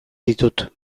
ditut